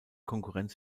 konkurrenz